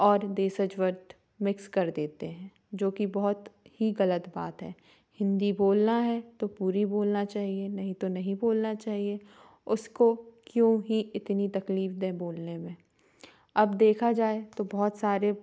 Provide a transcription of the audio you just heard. और देशज word mix कर देते हैं जो कि बहुत ही गलत बात है हिन्दी बोलना है तो पूरी बोलना चाहिए नहीं तो नहीं बोलना चाहिए उसको क्यों ही इतनी तकलीफ़ दें बोलने में अब देखा जाए तो बहुत सारे